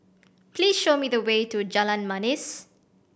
please show me the way to Jalan Manis